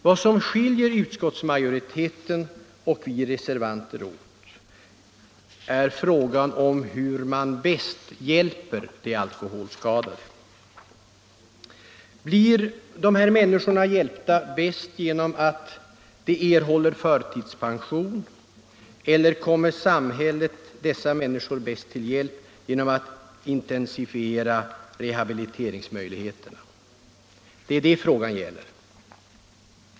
Vad som skiljer utskottsmajoriteten och oss reservanter åt är frågan om hur man bäst hjälper de alkoholskadade. Blir dessa människor bäst hjälpta genom att de erhåller förtidspension, eller kommer samhället dessa människor bäst till hjälp genom att intensifiera rehabiliteringsmöjligheterna? Det är det frågan gäller.